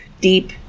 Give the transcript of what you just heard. deep